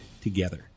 together